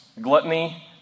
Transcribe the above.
gluttony